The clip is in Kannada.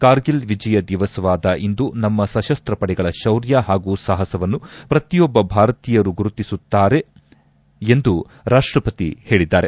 ಕಾರ್ಗಿಲ್ ವಿಜಯ ದಿವಸವಾದ ಇಂದು ನಮ್ನ ಸಶಸ್ತ ಪಡೆಗಳ ಶೌರ್ಯ ಹಾಗೂ ಸಾಹಸವನ್ನು ಪ್ರತಿಯೊಬ್ಬ ಭಾರತೀಯರು ಗುರುತಿಸುತ್ತಾರೆ ಎಂದು ರಾಷ್ಟಪತಿ ಹೇಳಿದ್ದಾರೆ